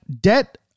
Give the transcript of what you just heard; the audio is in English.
debt